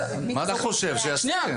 אם הוא חושב שיעשה,